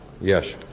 Yes